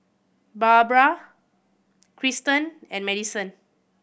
Barbra Kristan and Madisen